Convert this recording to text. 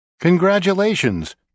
Congratulations